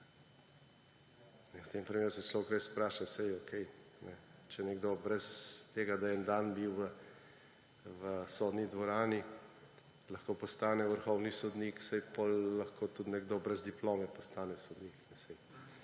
V tem primeru se človek res vpraša, če nekdo brez tega, da je en dan bil v sodni dvorani, lahko postane vrhovni sodnik, saj potem lahko tudi nekdo brez diplome postane sodnik;